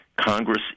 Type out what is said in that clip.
Congress